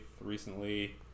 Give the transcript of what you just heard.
recently